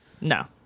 No